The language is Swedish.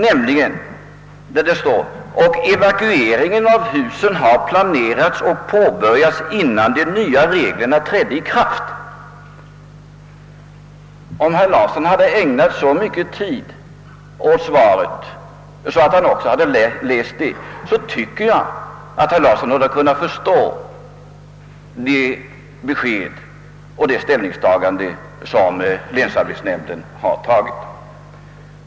Det heter, att »evakueringen av husen har planerats och påbörjats innan de nya reglerna trädde i kraft». Om herr Larsson hade ägnat så mycket tid åt genomgången av svaret, att han även läst detta uttalande, så tycker jag att han hade kunnat förstå det besked som givits och det ställningstagande som länsarbetsnämnden gjort.